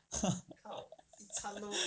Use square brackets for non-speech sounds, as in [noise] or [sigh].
[laughs]